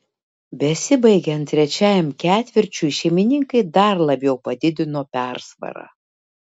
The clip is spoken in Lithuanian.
besibaigiant trečiajam ketvirčiui šeimininkai dar labiau padidino persvarą